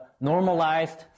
normalized